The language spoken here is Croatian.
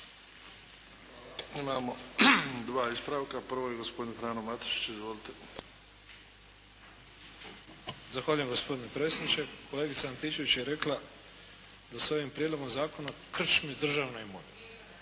Imamo dva ispravka. Prvo je gospodin Frano Matušić. Izvolite. **Matušić, Frano (HDZ)** Zahvaljujem gospodine predsjedniče. Kolegica Antičević je rekla da se sa ovim prijedlogom zakona krčmi državna imovina.